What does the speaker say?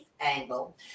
angle